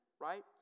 right